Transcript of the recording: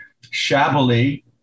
shabbily